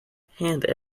hand